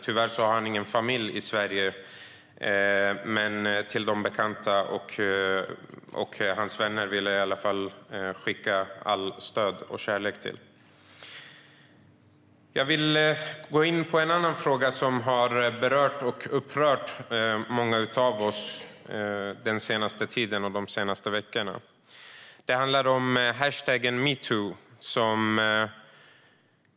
Tyvärr har han ingen familj i Sverige, men till hans bekanta och vänner vill jag i alla fall skicka allt stöd och all kärlek jag kan. Jag vill gå in på en annan fråga som har berört och upprört många av oss den senaste tiden. Det handlar om hashtaggen #metoo.